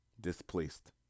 displaced